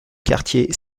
quartier